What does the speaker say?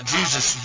Jesus